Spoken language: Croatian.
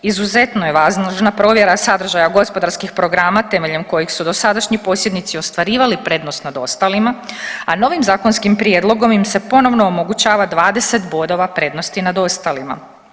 Izuzetno je važna provjera sadržaja gospodarski programa temeljem kojeg su dosadašnji posjednici ostvarivali prednost nad ostalima, a novim zakonskim prijedlogom im se ponovno omogućava 20 bodova prednosti nad ostalima.